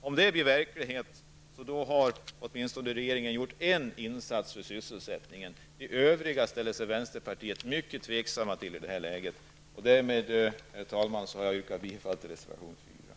Om det blir verklighet har regeringen åtminstone gjort en insats för sysselsättningen. De övriga åtgärderna ställer sig vänsterpartiet mycket tveksamma till i det här läget. Med detta, herr talman, har jag yrkat bifall till reservation nr 4.